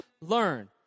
learn